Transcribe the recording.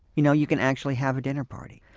you know you can actually have a dinner party.